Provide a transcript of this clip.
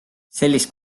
sellist